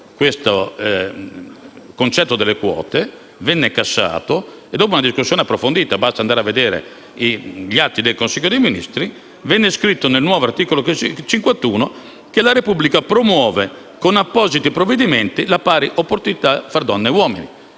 il concetto delle quote, e, dopo una discussione approfondita (basta andare a vedere gli atti del Consiglio dei Ministri), venne scritto, nel nuovo articolo 51, che «la Repubblica promuove con appositi provvedimenti le pari opportunità tra donne e uomini».